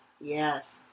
Yes